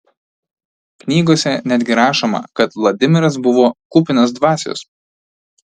knygose netgi rašoma kad vladimiras buvo kupinas dvasios